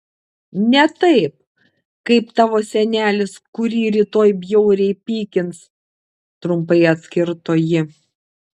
ne taip kaip tavo senelis kurį rytoj bjauriai pykins trumpai atkirto ji